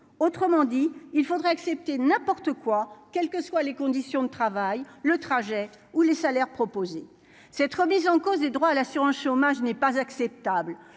autrement dit il faudrait accepter n'importe quoi, quelles que soient les conditions de travail, le trajet où les salaires proposés cette remise en cause des droits à l'assurance chômage n'est pas acceptable